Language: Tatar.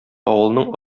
авылның